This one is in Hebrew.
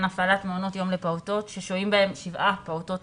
הפעלת יום לפעוטות ששוהים בהם לפחות שבעה פעוטות.